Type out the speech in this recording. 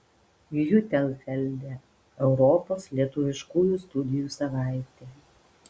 hiutenfelde europos lietuviškųjų studijų savaitė